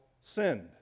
sinned